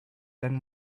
then